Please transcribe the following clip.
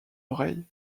oreille